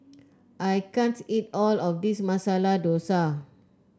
I can't eat all of this Masala Dosa